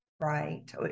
Right